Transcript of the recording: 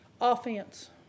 Offense